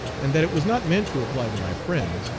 and that it was not meant to apply to my friends,